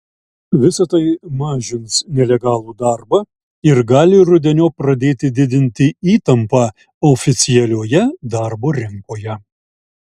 visa tai mažins nelegalų darbą ir gali rudeniop pradėti didinti įtampą oficialioje darbo rinkoje